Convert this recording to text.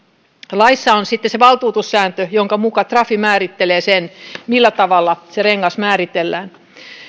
laissa on sitten se valtuutussääntö jonka mukaan trafi määrittelee sen millä tavalla se rengas määritellään